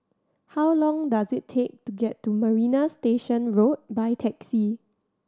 how long does it take to get to Marina Station Road by taxi